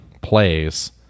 plays